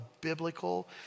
biblical